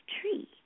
tree